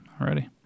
already